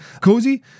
Cozy